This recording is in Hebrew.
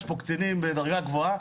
יש פה קצינים בדרגה גבוהה?